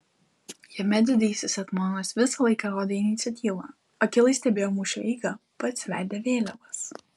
jame didysis etmonas visą laiką rodė iniciatyvą akylai stebėjo mūšio eigą pats vedė vėliavas